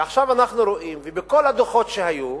ועכשיו אנחנו רואים, ובכל הדוחות שהיו,